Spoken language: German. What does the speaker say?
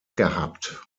gehabt